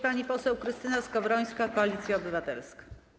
Pani poseł Krystyna Skowrońska, Koalicja Obywatelska.